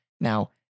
Now